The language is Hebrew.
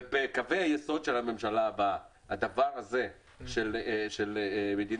ובקווי היסוד של הממשלה הבאה הדבר הזה של מדינה